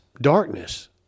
darkness